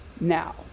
Now